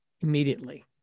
immediately